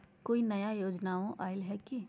कोइ नया योजनामा आइले की?